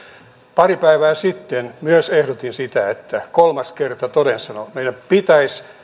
pari päivää sitten myös ehdotin sitä että kolmas kerta toden sanoo meidän pitäisi